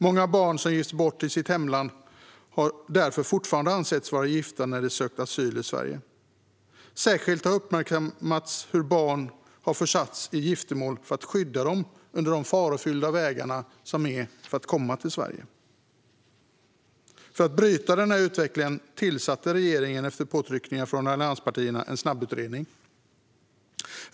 Många barn som gifts bort i sitt hemland har därför fortfarande ansetts vara gifta när de sökt asyl i Sverige. Särskilt har uppmärksammats hur barn har försatts i giftermål för att skydda dem på de farofyllda vägarna på resan för att komma till Sverige. För att bryta denna utveckling tillsatte regeringen efter påtryckningar från allianspartierna en snabbutredning.